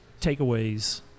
takeaways